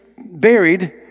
buried